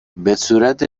بهصورت